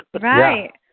right